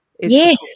Yes